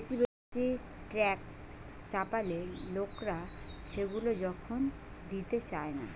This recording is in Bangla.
বেশি বেশি ট্যাক্স চাপালে লোকরা সেগুলা যখন দিতে চায়না